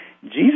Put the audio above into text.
Jesus